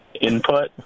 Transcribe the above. input